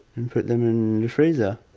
and put them in the freezer.